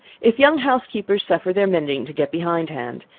if young housekeepers suffer their mending to get behind hand,